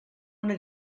una